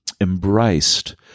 embraced